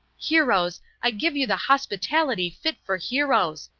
heroes, i give you the hospitality fit for heroes.